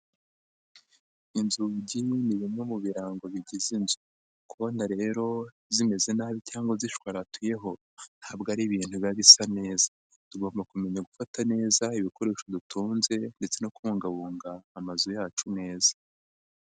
inzugi ni bimwe mu birango bigize inzu, kubona rero zimeze nabi cyangwa zishwaratuyeho ntabwo ari ibintu biba bisa neza, tugomba kumenya gufata neza ibikoresho dutunze ndetse no kubungabunga amazu yacu neza.